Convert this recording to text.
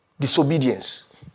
disobedience